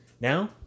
Now